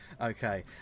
okay